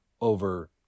over